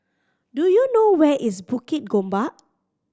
do you know where is Bukit Gombak